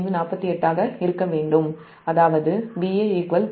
2548 ஆக இருக்க வேண்டும் அதாவது Va 0